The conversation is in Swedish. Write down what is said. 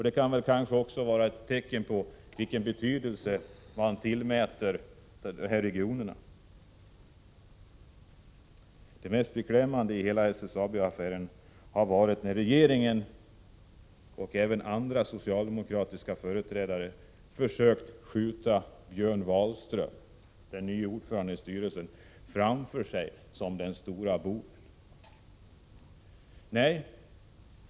Det kan väl kanske också vara ett tecken på vilken betydelse han tillmäter dessa regioner. Det mest beklämmande i hela SSAB-affären har varit när regeringen och även andra socialdemokratiska företrädare försökt att framför sig skjuta Björn Wahlström, den nye ordföranden i styrelsen, som om han vore den stora boven.